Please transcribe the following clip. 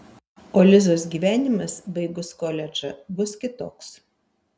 o lizos gyvenimas baigus koledžą bus kitoks